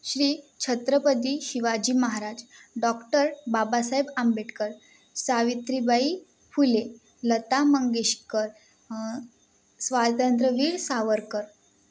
Shri Chhatrapati Shivaji Maharaj doctor Babasaheb Ambedkar Savitribai Phule Lata Mangeshkar Swatantryaveer Savarkar